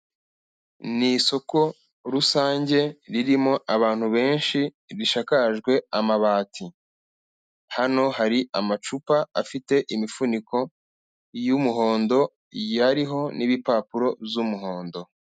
Ni isoko rusange ririmo abantu benshi rishikajwe amabati, hano hari amacupa afite imifuniko y'umuhondo ariho n'ibipapuro by'umuhondo.